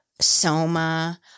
Soma